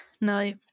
no